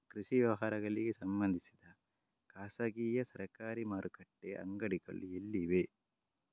ಕೃಷಿ ವ್ಯವಹಾರಗಳಿಗೆ ಸಂಬಂಧಿಸಿದ ಖಾಸಗಿಯಾ ಸರಕಾರಿ ಮಾರುಕಟ್ಟೆ ಅಂಗಡಿಗಳು ಎಲ್ಲಿವೆ?